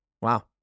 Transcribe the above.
Wow